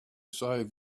save